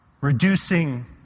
reducing